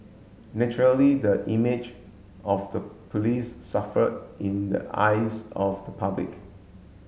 naturally the image of the police suffered in the eyes of the public